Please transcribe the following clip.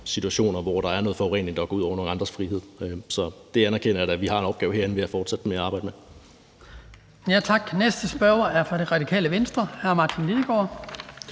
situationer, hvor der er noget forurening, der går ud over andres frihed. Så det erkender jeg da at vi har en opgave herinde i at fortsætte med at arbejde med. Kl. 15:58 Den fg. formand (Hans Kristian Skibby): Næste spørger er fra Radikale Venstre. Hr. Martin Lidegaard.